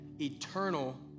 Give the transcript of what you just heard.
eternal